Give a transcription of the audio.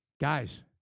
Guys